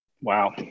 Wow